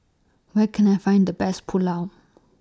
Where Can I Find The Best Pulao